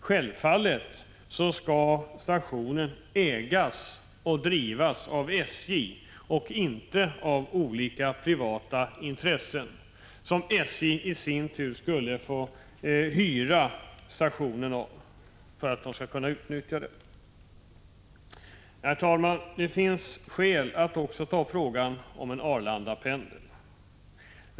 Självfallet skall stationen ägas och drivas av SJ och inte av privata intressen, som SJ i sin tur skulle få hyra stationen av för att kunna utnyttja den. Herr talman! Det finns skäl att också ta upp frågan om en Arlandapendel.